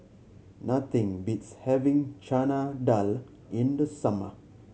nothing beats having Chana Dal in the summer